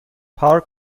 پارک